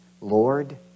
Lord